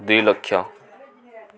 ଦୁଇ ଲକ୍ଷ